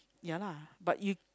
ya lah but you